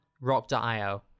Rock.io